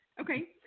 okay